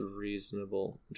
reasonable